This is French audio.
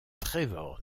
trevor